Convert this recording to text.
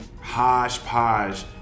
Hodgepodge